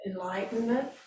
enlightenment